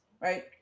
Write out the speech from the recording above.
right